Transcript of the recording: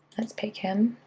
let's pick him,